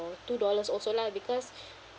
two dollars also lah because